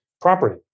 property